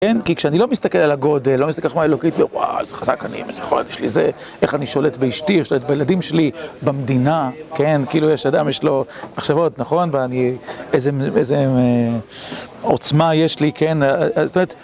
כן, כי כשאני לא מסתכל על הגודל, לא מסתכל ככה על האלוקריטמיה, וואו, איזה חזק אני, איזה חולד יש לי, זה איך אני שולט באשתי, שולט בילדים שלי, במדינה, כן, כאילו יש אדם, יש לו עכשיו עוד, נכון, ואני, איזה, איזה עוצמה יש לי, כן, זאת אומרת,